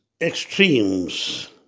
Extremes